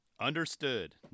Understood